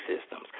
systems